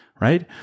right